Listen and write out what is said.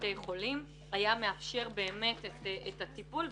לבתי חולים והיה מאפשר באמת את הטיפול.